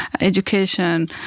education